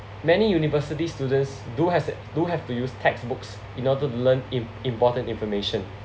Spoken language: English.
many university students do has do have to use textbooks in order to learn im~ important information